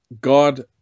God